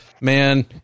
man